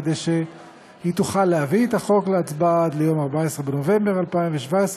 כדי שהיא תוכל להביא את החוק להצבעה עד יום 14 בנובמבר 2017,